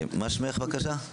בבקשה.